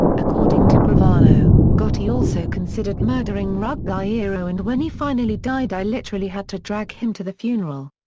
according to gravano, gotti also considered murdering ruggiero and when he finally died i literally had to drag him to the funeral.